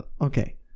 Okay